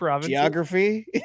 geography